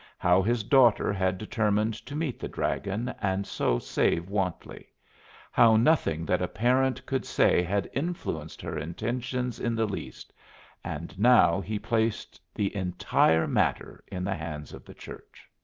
how his daughter had determined to meet the dragon, and so save wantley how nothing that a parent could say had influenced her intentions in the least and now he placed the entire matter in the hands of the church.